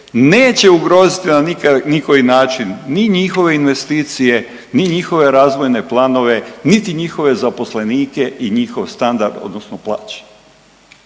neće ugroziti ni na koji način ni njihove investicije, ni njihove razvojne planove, niti njihove zaposlenike i njihov standard odnosno plaće.